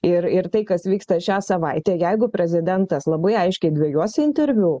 ir ir tai kas vyksta šią savaitę jeigu prezidentas labai aiškiai dvejuose interviu